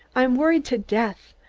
i'm worried to death.